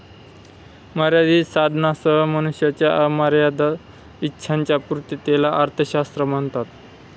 मर्यादित साधनांसह मनुष्याच्या अमर्याद इच्छांच्या पूर्ततेला अर्थशास्त्र म्हणतात